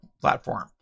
platform